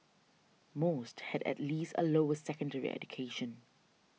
most had at least a lower secondary education